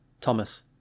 Thomas